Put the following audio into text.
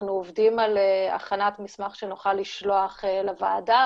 אנחנו עובדים על הכנת מסמך שנוכל לשלוח לוועדה,